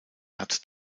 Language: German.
hat